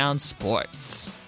Sports